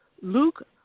Luke